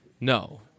no